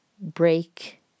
break